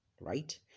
Right